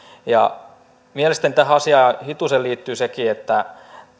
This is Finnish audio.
mielestäni tähän asiaan hitusen liittyy sekin että